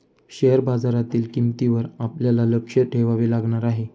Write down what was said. share बाजारातील किंमतींवर आपल्याला लक्ष ठेवावे लागणार आहे